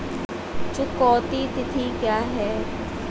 चुकौती तिथि क्या है?